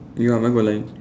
ya mine got lines